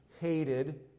hated